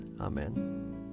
Amen